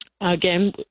Again